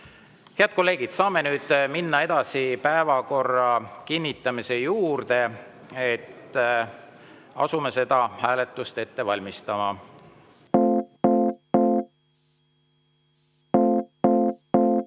Head kolleegid, saame minna päevakorra kinnitamise juurde. Asume seda hääletust ette valmistama.